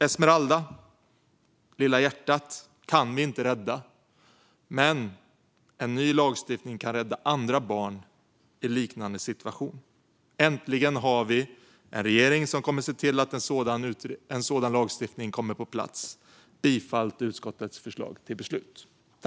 Esmeralda - "Lilla hjärtat" - kan vi inte rädda, men en ny lagstiftning kan rädda andra barn i liknande situation. Äntligen har vi en regering som kommer att se till att en sådan lagstiftning kommer på plats. Jag yrkar bifall till utskottets förslag till beslut.